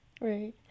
Right